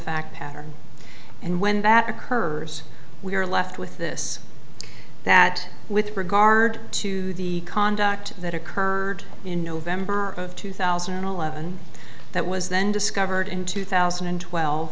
fact pattern and when that occurs we are left with this that with regard to the conduct that occurred in november of two thousand and eleven that was then discovered in two thousand and twelve